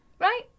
Right